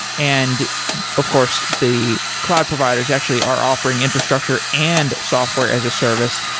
and of course, the cloud providers actually are offering infrastructure and software as a service,